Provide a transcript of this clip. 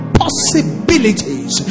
possibilities